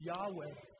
Yahweh